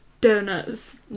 donuts